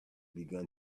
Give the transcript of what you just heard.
began